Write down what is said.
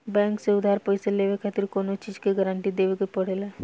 bank से उधार पईसा लेवे खातिर कवनो चीज के गारंटी देवे के पड़ेला